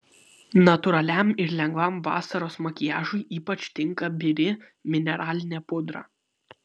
natūraliam ir lengvam vasaros makiažui ypač tinka biri mineralinė pudra